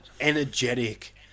energetic